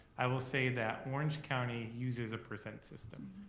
i will say that orange county uses a percent system.